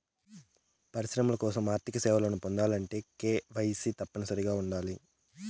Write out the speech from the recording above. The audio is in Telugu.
పరిశ్రమల కోసం ఆర్థిక సేవలను పొందాలంటే కేవైసీ తప్పనిసరిగా ఉండాలి